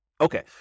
Okay